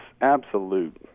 absolute